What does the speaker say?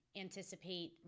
anticipate